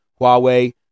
Huawei